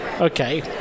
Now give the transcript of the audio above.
okay